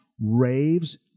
raves